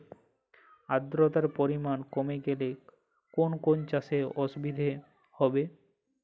আদ্রতার পরিমাণ কমে গেলে কোন কোন চাষে অসুবিধে হবে?